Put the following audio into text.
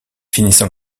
finissant